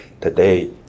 today